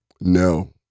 No